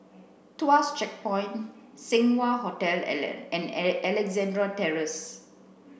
Tuas Checkpoint Seng Wah Hotel and Alexandra Terrace